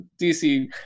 dc